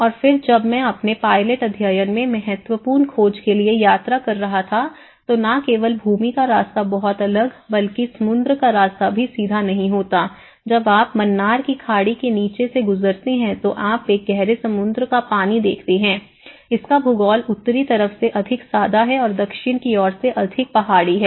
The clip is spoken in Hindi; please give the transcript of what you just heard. और फिर जब मैं अपने पायलट अध्ययन में महत्वपूर्ण खोज के लिए यात्रा कर रहा था तो न केवल भूमि का रास्ता बहुत अलग बल्कि समुद्र का रास्ता भी सीधा नहीं होता जब आप मन्नार की खाड़ी कि नीचे से गुजरते हैं तो आप एक गहरसमुद्र का पानी देखते हैं इसका भूगोल उत्तरी तरफ से अधिक सादा है और दक्षिण की ओर अधिक पहाड़ी है